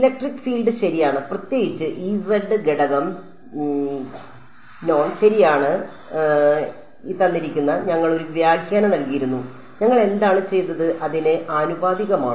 electric field ശരിയാണ് പ്രത്യേകിച്ച് E z ഘടകം ശരിയാണ് ഞങ്ങൾ ഒരു വ്യാഖ്യാനം നൽകിയിരുന്നു ഞങ്ങൾ എന്താണ് ചെയ്തത് അതിന് ആനുപാതികമാണ്